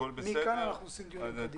מכאן אנחנו עושים דיונים קדימה.